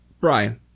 Brian